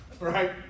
right